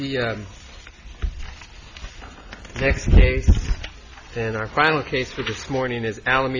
the next day and our final case for this morning is ala